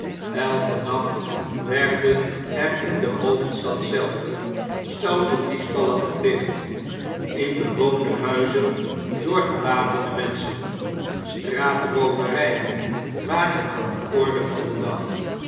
elken nacht werden er in de hoofdstad zelve stoute diefstallen gepleegd in bewoonde huizen door gewapende menschen straatrooverpn waren aan de orde van den dag